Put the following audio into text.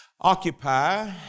Occupy